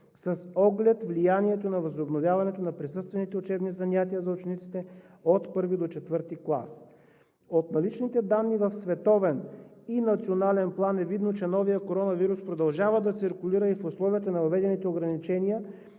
с оглед на влиянието от възобновяването на присъствените учебни занятия за учениците от I до IV клас. От наличните данни в световен и национален план е видно, че новият коронавирус продължава да циркулира и в условията на въведените ограничения,